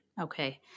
Okay